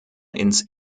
ins